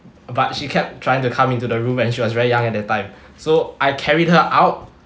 but she kept trying to come into the room and she was very young at that time so I carried her out